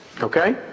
Okay